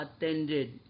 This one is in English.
attended